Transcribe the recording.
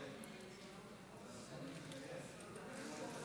שלוש דקות,